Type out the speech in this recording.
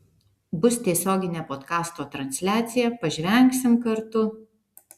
bus tiesioginė podkasto transliacija pažvengsim kartu